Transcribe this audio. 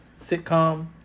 sitcom